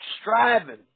striving